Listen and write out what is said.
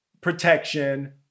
protection